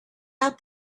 out